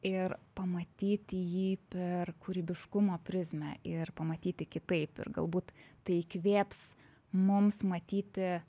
ir pamatyti jį per kūrybiškumo prizmę ir pamatyti kitaip ir galbūt tai įkvėps mums matyti